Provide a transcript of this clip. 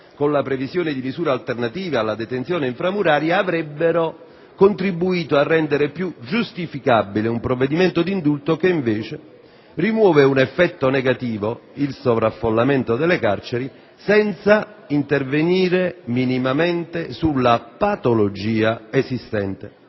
con la previsione di misure alternative alla detenzione inframuraria, avrebbero contribuito a rendere più giustificabile un provvedimento di indulto che, invece, rimuove un effetto negativo (il sovraffollamento delle carceri) senza intervenire minimamente sulla patologia esistente.